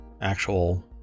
actual